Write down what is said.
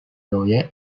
lawyer